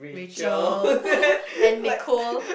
Rachel and Nicole